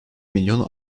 milyon